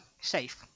safe